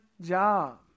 job